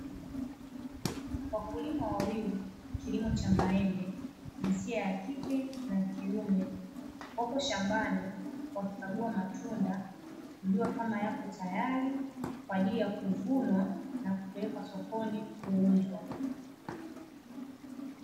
Wakulima wawili wa kilmo cha maembe jinsia ya kike na ya kiume, wapo shambani wakikagua matunda kujua kama yapo tayari kwa ajili ya kuvunwa na kupelekwa sokoni kuuzwa.